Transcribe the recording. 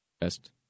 best